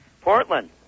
Portland